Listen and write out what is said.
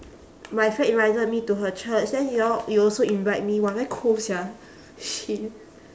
my friend invited me to her church then y'all you also invite me [one] very cold sia shit